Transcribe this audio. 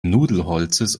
nudelholzes